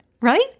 right